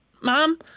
mom